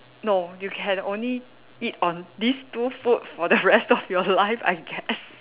no you can only eat on these two food for the rest of your life I guess